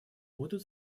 будут